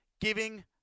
giving